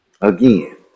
Again